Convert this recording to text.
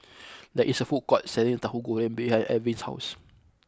there is a food court selling Tahu Goreng behind Erving's house